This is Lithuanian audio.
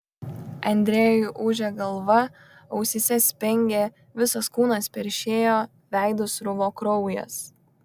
andrejui ūžė galva ausyse spengė visas kūnas peršėjo veidu sruvo kraujas